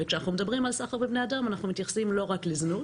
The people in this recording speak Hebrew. כשאנחנו מדברים על סחר בבני אדם אנחנו מתייחסים לא רק לזנות,